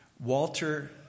Walter